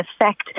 effect